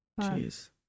Jeez